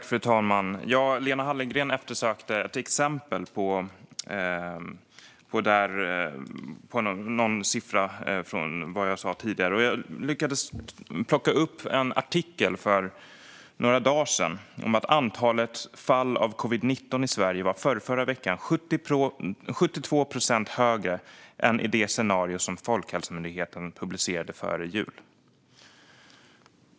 Fru talman! Lena Hallengren eftersökte exempel på någon siffra i det jag nämnde tidigare. Jag lyckades plocka upp en artikel för några dagar sedan om att antalet fall av covid-19 i Sverige förrförra veckan var 72 procent högre än i det scenario som Folkhälsomyndigheten publicerade före jul.